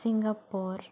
Singapore